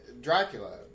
Dracula